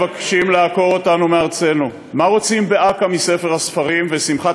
תשמע, זה עוול לצה"ל.